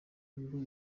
kuba